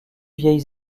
vieilles